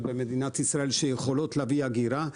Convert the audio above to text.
במדינת ישראל שיכולות להביא אגירה,